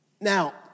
Now